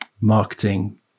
marketing